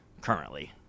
currently